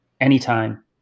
anytime